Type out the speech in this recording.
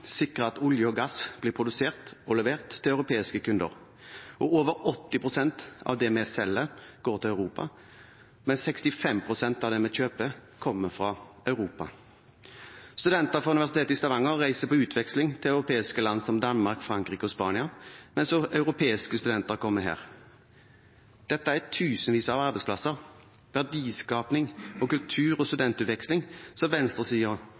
at olje og gass blir produsert og levert til europeiske kunder. Over 80 pst. av det vi selger, går til Europa, mens 65 pst. av det vi kjøper, kommer fra Europa. Studenter fra Universitetet i Stavanger reiser på utveksling til europeiske land som Danmark, Frankrike og Spania, mens europeiske studenter kommer hit. Dette er tusenvis av arbeidsplasser, verdiskapning og kultur- og studentutveksling som venstresiden og